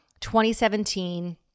2017